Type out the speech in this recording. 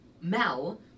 Mel